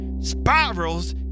spirals